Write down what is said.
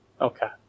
Okay